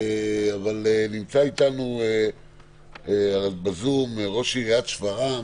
אבל נמצא איתנו בזום ראש עיריית שפרעם,